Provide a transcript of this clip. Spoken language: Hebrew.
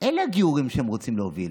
אלה הגיורים שהם רוצים להוביל: